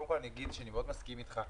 קודם כול אגיד שאני מסכים איתך מאוד,